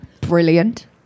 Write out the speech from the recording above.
Brilliant